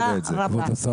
תודה רבה.